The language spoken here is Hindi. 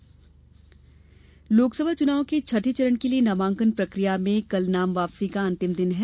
लोस नामांकन लोकसभा चुनाव के छठे चरण के लिये नामांकन प्रक्रिया में कल नाम वापसी का अंतिम दिन है